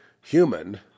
human